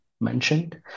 mentioned